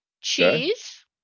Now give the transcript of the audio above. cheese